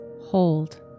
Hold